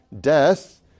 death